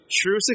True